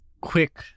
quick